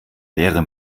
leere